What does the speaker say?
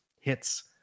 hits